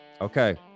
okay